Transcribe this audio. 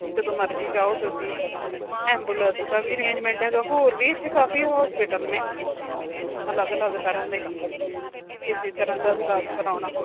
ਜਦੋਂ ਮਰਜ਼ੀ ਜਾਓ ਤੁਸੀਂ ਐਮਬੂਲੈਂਸ ਦਾ ਵੀ ਅਰੇਂਜਮੈਂਟ ਹੈਗਾ ਹੋਰ ਵੀ ਇੱਥੇ ਕਾਫੀ ਹੋਸਪੀਟਲ ਨੇ ਅਲੱਗ ਅਲੱਗ ਤਰ੍ਹਾਂ ਦੇ ਕਿਸੇ ਤਰ੍ਹਾਂ ਦਾ ਵੀ ਇਲਾਜ ਕਰਵਾਉਣਾ ਹੋਵੇ